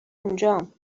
اونجام